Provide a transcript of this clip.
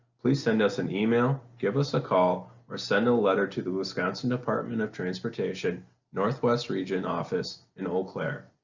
please send us an email, give us a call or send a letter to the wisconsin department of transportation northwest region office in eau claire.